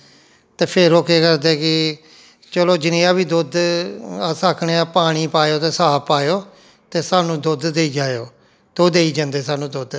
ते फिर ओह् केह् करदे कि चलो जनेहा बी दुद्ध अस आखने आं पानी पाएओ ते साफ पाएओ ते सानूं दुद्ध देई जाएओ ते ओह् देई जंदे सानूं दुद्ध